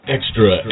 Extra